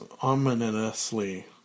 ominously